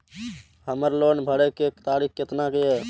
हमर लोन भरे के तारीख केतना ये?